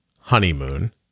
honeymoon